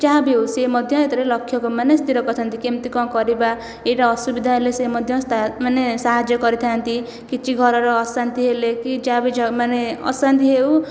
ଯାହା ବି ହେଉ ସେ ମଧ୍ୟ ଏଥିରେ ଲକ୍ଷ୍ୟ ମାନେ ସ୍ଥିର କରିଥାନ୍ତି କେମିତି କ'ଣ କରିବା ଏହିଟା ଅସୁବିଧା ହେଲେ ସେ ମଧ୍ୟ ମାନେ ସାହାଯ୍ୟ କରିଥାନ୍ତି କିଛି ଘରର ଅଶାନ୍ତି ହେଲେ କି ଯାହା ବି ଯାହା ମାନେ ଅଶାନ୍ତି ହେଉ